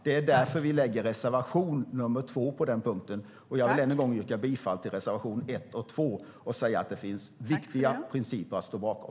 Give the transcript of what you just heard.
Det är därför vi har skrivit reservation nr 2 på den punkten. Jag vill än en gång yrka bifall till reservationerna 1 och 2 och säga att det finns viktiga principer att stå bakom.